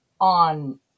on